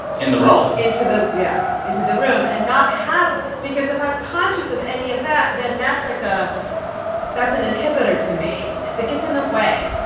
in the role. into the yeah into the room and not have because if i'm conscious of any of that then that's like a that's an inhibitor to me that gets in the way.